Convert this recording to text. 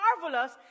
marvelous